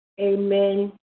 amen